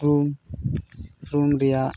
ᱨᱩᱢ ᱨᱩᱢ ᱨᱮᱭᱟᱜ